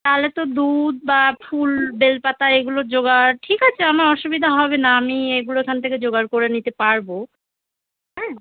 তাহলে তো দুধ বা ফুল বেলপাতা এইগুলোর জোগাড় ঠিক আছে আমার অসুবিধা হবে না আমি এইগুলো এখান থেকে জোগাড় করে নিতে পারবো হ্যাঁ